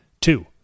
Two